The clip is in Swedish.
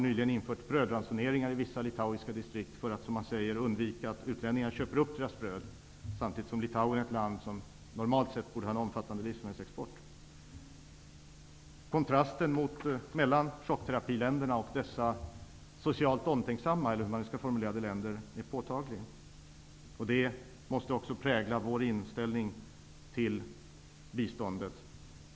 Nyligen har brödransonering införts i vissa distrikt i Litauen för att, som man säger, undvika att utlänningar köper upp brödet -- detta samtidigt som Litauen är ett land som normalt sett borde ha en omfattande livsmedelsexport. Kontrasten när det gäller chockterapiländerna och dessa ''socialt omtänksamma'' länder är påtaglig. Det måste också prägla vår inställning till biståndet.